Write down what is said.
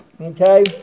Okay